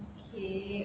okay